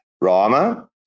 Rama